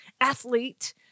athlete